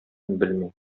белми